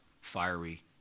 fiery